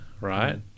right